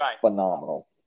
phenomenal